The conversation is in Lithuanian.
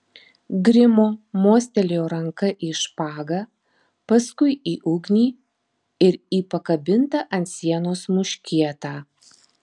grimo mostelėjo ranka į špagą paskui į ugnį ir į pakabintą ant sienos muškietą